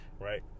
Right